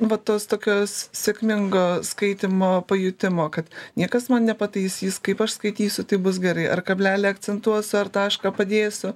va tos tokios sėkmingo skaitymo pajutimo kad niekas man nepataisys kaip aš skaitysiu taip bus gerai ar kablelį akcentuos ar tašką padėsiu